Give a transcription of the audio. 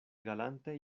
galante